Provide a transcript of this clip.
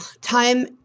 Time